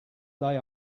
they